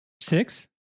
Six